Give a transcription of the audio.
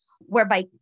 whereby